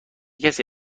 کسی